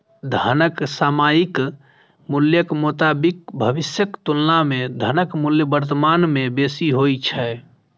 धनक सामयिक मूल्यक मोताबिक भविष्यक तुलना मे धनक मूल्य वर्तमान मे बेसी होइ छै